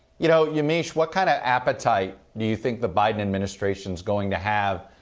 you know yamiche, what kind of appetite do you think the biden administration's going to have?